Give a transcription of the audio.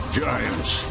giants